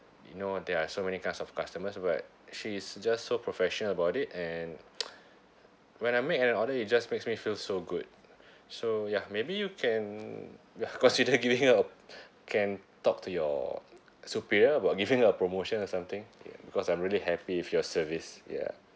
you know there are so many class of customers but she's just so professional about it and when I make an order it just makes me feel so good so ya maybe you can ya cause can talk to your superior about give her a promotion or something because I'm really happy with your service ya